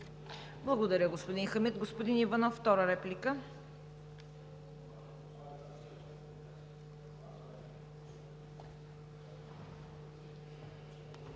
Благодаря, господин Хамид. Господин Иванов – втора реплика.